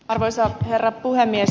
arvoisa herra puhemies